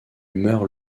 meurt